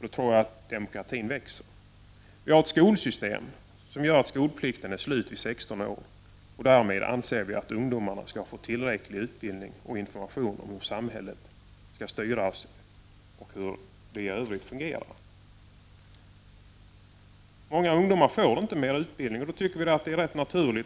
Jag tror att demokratin på så sätt växer. Vi har ett skolsystem som innebär att skolplikten är slut vid 16 års ålder. Därmed anser vi att ungdomarna vid denna ålder har fått tillräcklig utbildning och information om hur samhället styrs och i övrigt fungerar. 113 Många ungdomar får inte någon ytterligare utbildning.